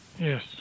Yes